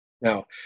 Now